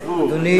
מאה אחוז.